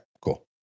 Cool